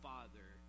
Father